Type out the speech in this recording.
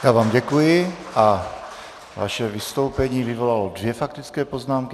Já vám děkuji a vaše vystoupení vyvolalo dvě faktické poznámky.